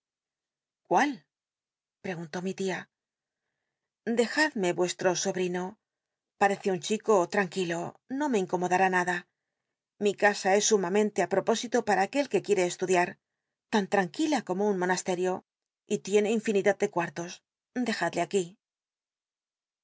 preguntó mi tia dejad me vuesh'o sobrino parece un chico tranquilo no me incomodará nada mi casa es sumamente ü wopósito p ua aquel que quiere estudia tan ttanquila como un monasteaio y tiene infinidad de cuattos dejadle aquí